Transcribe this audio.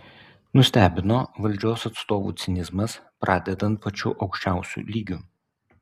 nustebino valdžios atstovų cinizmas pradedant pačiu aukščiausiu lygiu